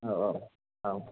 औ औ औ